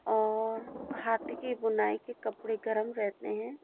और हाथ की बुनाई के कपड़े गर्म रहते हैं